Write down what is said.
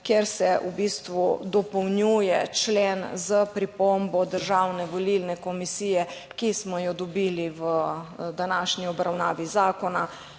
kjer se v bistvu dopolnjuje člen s pripombo Državne volilne komisije, ki smo jo dobili v današnji obravnavi zakona,